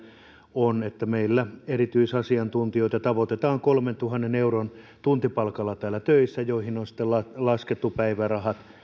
on että meiltä tavoitetaan erityisasiantuntijoita jotka ovat kolmentuhannen euron kuukausipalkalla täällä töissä mihin on sitten laskettu päivärahat